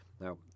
Now